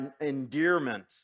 endearment